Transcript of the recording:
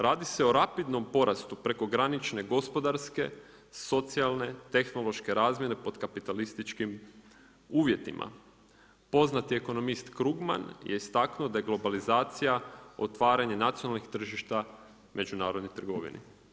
Radi se o rapidnom poratu prekogranične gospodarske, socijalne, tehnološke razmjene pod kapitalističkim uvjetima, Poznati ekonomist Krugman, je istaknuo da je globalizacija otvaranje nacionalnih tržišta međunarodnoj trgovini.